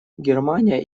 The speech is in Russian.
германия